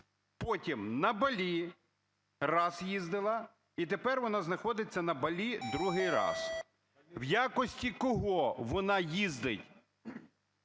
потім на Балі раз їздила і тепер вона знаходиться на Балі другий раз. В якості кого вона їздить